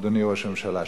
אדוני ראש הממשלה,